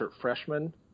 freshman